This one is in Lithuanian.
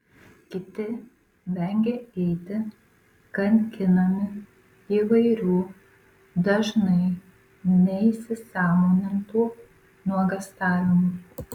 kiti vengia eiti kankinami įvairių dažnai neįsisąmonintų nuogąstavimų